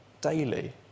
daily